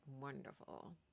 wonderful